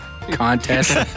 contest